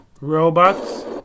Robots